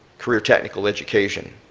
career technical education.